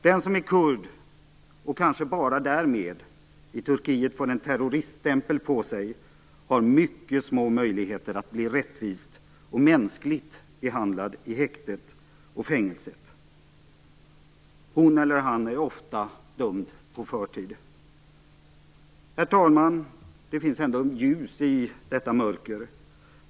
Den som är kurd, och kanske bara därmed får en terroriststämpel på sig i Turkiet, har mycket små möjligheter att bli rättvist och mänskligt behandlad i häktet och fängelset. Hon eller han är ofta dömd på förhand. Herr talman! Det finns ändå ljus i detta mörker.